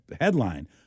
headline